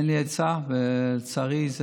אין לי עצה, לצערי.